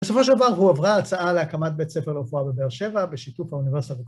בסופו של דבר, הועברה הצעה להקמת בית ספר לרפואה בבאר שבע בשיתוף האוניברסיטה...